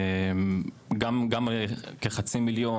גם כחצי מיליון,